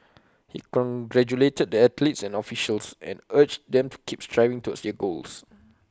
he congratulated the athletes and officials and urged them to keep striving towards their goals